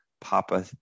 Papa